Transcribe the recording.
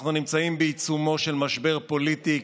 אנחנו נמצאים בעיצומו של משבר פוליטי,